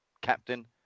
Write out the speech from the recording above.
captain